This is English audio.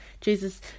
Jesus